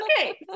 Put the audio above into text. okay